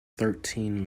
thirteen